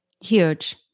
Huge